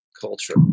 culture